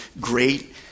great